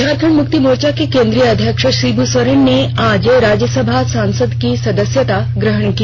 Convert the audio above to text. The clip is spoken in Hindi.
झारखंड मुक्ति मोर्चा के केंद्रीय अध्यक्ष शिब् सोरेन ने आज राज्यसभा सांसद की सदस्यता ग्रहण की